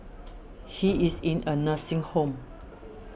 he is in a nursing home